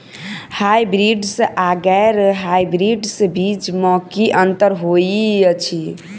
Hybrids आ गैर hybrids बीज म की अंतर होइ अछि?